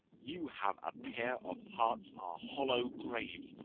you have a pair of hearts are hollow graves,